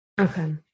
Okay